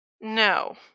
No